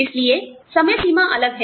इसलिए समय सीमा अलग हैं